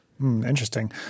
Interesting